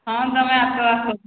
ହଁ ତୁମେ ଆସ ଆସ